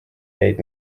jäid